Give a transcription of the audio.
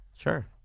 Sure